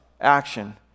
action